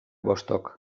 bostok